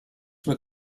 were